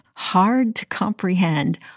hard-to-comprehend